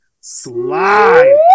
slide